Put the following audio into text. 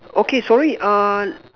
okay sorry uh